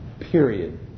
period